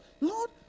Lord